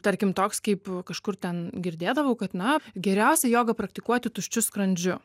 tarkim toks kaip kažkur ten girdėdavau kad na geriausia jogą praktikuoti tuščiu skrandžiu